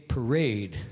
Parade